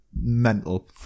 mental